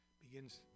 begins